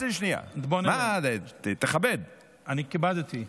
אני כיבדתי.